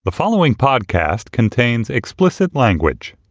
the following podcast contains explicit language